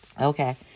okay